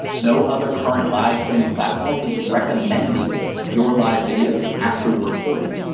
no other current live stream platform is recommending your live videos after recording.